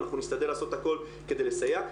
אנחנו נשתדל לעשות הכול כדי לסייע.